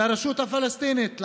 לרשות הפלסטינית,